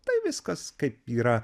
tai viskas kaip yra